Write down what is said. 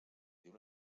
diu